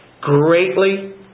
greatly